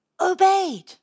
obeyed